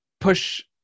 push